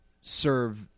Serve